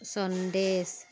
sandesh